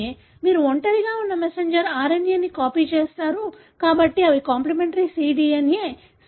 మీరు ఒంటరిగా ఉన్న మెసెంజర్ RNA ని కాపీ చేస్తారు కాబట్టి అవి కాంప్లిమెంటరీ cDNA